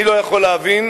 אני לא יכול להבין,